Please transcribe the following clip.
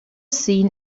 seen